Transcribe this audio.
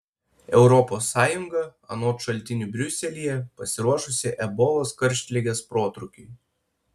europos sąjunga anot šaltinių briuselyje pasiruošusi ebolos karštligės protrūkiui